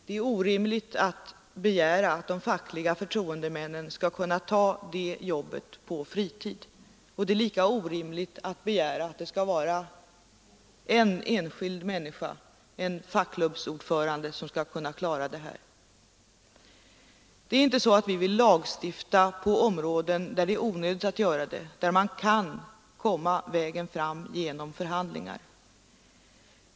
Det är orimligt att begära att de fackliga förtroendemännen skall kunna ta det jobbet på fritid. Och det är lika orimligt att begära att en enskild människa, en fackklubbsordförande, skall kunna klara detta. Vi vill inte lagstifta på områden där det är onödigt att göra det, där man kan komma fram genom förhandlingar.